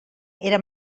era